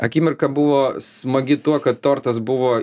akimirka buvo smagi tuo kad tortas buvo